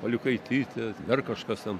paliukaitytė dar kažkas ten